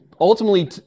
ultimately